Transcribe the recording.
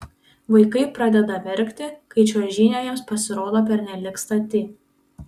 vaikai pradeda verkti kai čiuožynė jiems pasirodo pernelyg stati